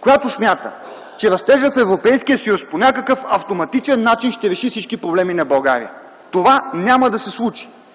която смята, че растежът в Европейския съюз по някакъв автоматичен начин ще реши всички проблеми на България. Това няма да се случи.